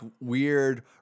weird